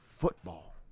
Football